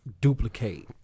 duplicate